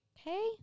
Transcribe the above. okay